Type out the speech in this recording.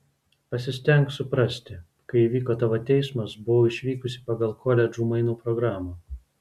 pasistenk suprasti kai įvyko tavo teismas buvau išvykusi pagal koledžų mainų programą